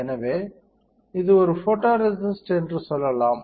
எனவே இது ஒரு ஃபோட்டோரேசிஸ்ட் என்று சொல்லலாம்